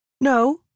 No